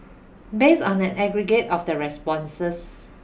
based on an aggregate of the responses